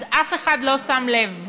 אז אף אחד לא שם לב.